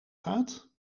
gaat